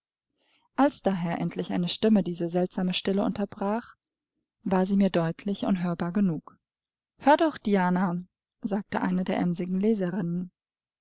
als daher endlich eine stimme diese seltsame stille unterbrach war sie mir deutlich und hörbar genug hör doch diana sagte eine der